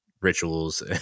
rituals